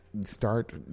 start